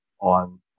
on